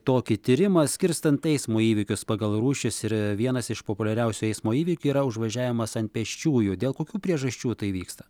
tokį tyrimą skirstant eismo įvykius pagal rūšis ir vienas iš populiariausių eismo įvykių yra užvažiavimas ant pėsčiųjų dėl kokių priežasčių tai vyksta